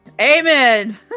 Amen